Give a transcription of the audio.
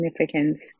Significance